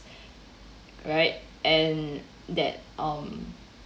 right and that um